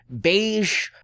beige